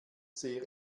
sehr